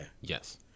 Yes